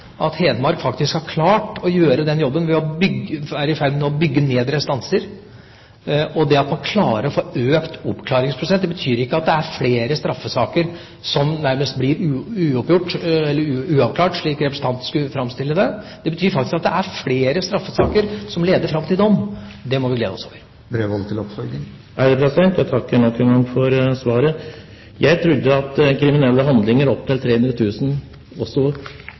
at Hedmark faktisk har klart å gjøre den jobben ved at de nå er i ferd med å bygge ned restanser. Det at man klarer å få økt oppklaringsprosent, betyr ikke at det er flere straffesaker som blir uavklart, slik representanten framstiller det. Det betyr faktisk at det er flere straffesaker som leder fram til dom. Det må vi glede oss over. Jeg takker nok en gang for svaret. Jeg trodde at kriminelle handlinger for opp til 300 000 kr også for justisministeren var en alvorlig sak. Jeg trodde at